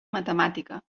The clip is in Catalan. matemàtica